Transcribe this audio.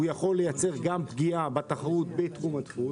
הוא יכול לייצר גם פגיעה בתחרות בתחום הדפוס,